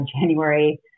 January